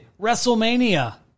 WrestleMania